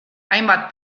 hainbat